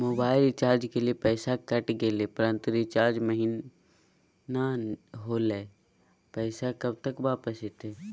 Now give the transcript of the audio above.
Mobile recharge के लिए पैसा कट गेलैय परंतु रिचार्ज महिना होलैय, पैसा कब तक वापस आयते?